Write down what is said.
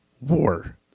war